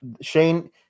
Shane